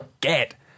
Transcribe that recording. Get